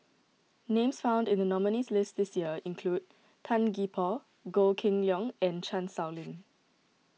names found in the nominees' list this year include Tan Gee Paw Goh Kheng Long and Chan Sow Lin